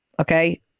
Okay